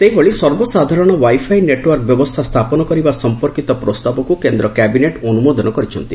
ସେହିଭଳି ସର୍ବସାଧାରଣ wifi network ବ୍ୟବସ୍ଥା ସ୍ଥାପନ କରିବା ସମ୍ପର୍କୀତ ପ୍ରସ୍ତାବକୁ କେନ୍ଦ୍ର କ୍ୟାବିନେଟ୍ ଅନୁମୋଦନ କରିଛନ୍ତି